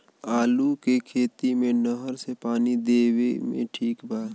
आलू के खेती मे नहर से पानी देवे मे ठीक बा?